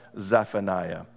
Zephaniah